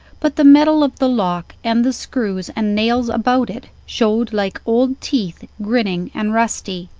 but the metal of the lock and the screws and nails about it showed like old teeth, grinning and rusty.